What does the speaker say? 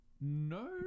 no